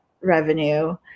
revenue